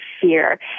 fear